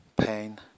pain